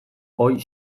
ohi